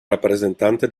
rappresentante